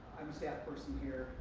i'm a staff person here.